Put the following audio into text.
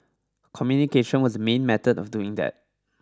communication was the main method of doing that